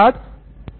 आपका धन्यवाद